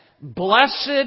Blessed